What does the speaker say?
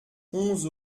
onze